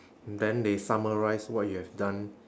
then they summarise what you have done